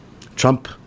Trump